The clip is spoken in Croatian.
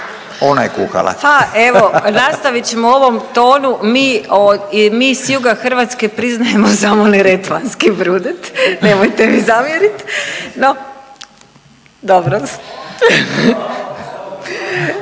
Marija (HDZ)** Pa evo nastavit ćemo u ovom tonu, mi od, mi s juga Hrvatske priznajemo samo neretvanski brudet, nemojte mi zamjerit. No, dobro.